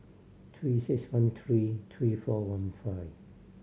Three Six One three three four one five